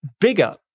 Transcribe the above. bigger